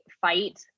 fight